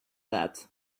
that